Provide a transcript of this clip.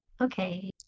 Okay